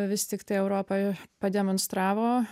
vis tiktai europa pademonstravo